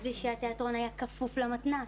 זה שהתיאטרון היה כפוף למתנ"ס.